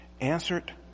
answered